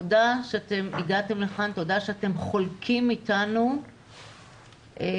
תודה שהגעתם לכאן ושאתם חולקים איתנו את